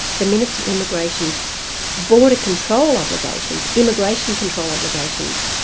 the minister for immigration's border control obligations, immigration control obligations,